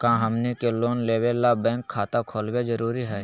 का हमनी के लोन लेबे ला बैंक खाता खोलबे जरुरी हई?